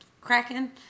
cracking